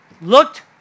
looked